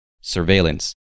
surveillance